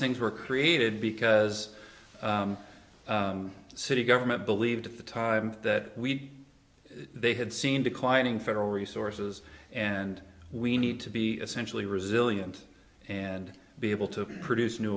things were created because the city government believed at the time that we they had seen declining federal resources and we need to be essentially resilient and be able to produce new